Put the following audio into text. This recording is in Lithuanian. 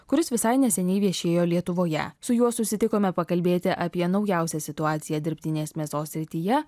kuris visai neseniai viešėjo lietuvoje su juo susitikome pakalbėti apie naujausią situaciją dirbtinės mėsos srityje